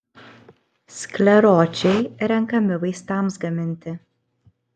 skleročiai renkami vaistams gaminti